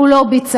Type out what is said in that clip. הוא לא ביצע.